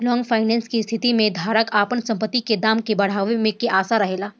long finance के स्थिति में धारक के आपन संपत्ति के दाम के बढ़ावे के आशा रहेला